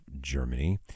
Germany